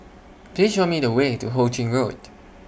Please Show Me The Way to Ho Ching Road